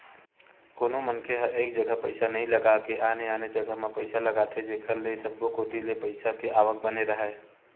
कोनो मनखे ह एक जघा पइसा नइ लगा के आने आने जघा म पइसा लगाथे जेखर ले सब्बो कोती ले पइसा के आवक बने राहय